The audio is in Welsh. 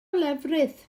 lefrith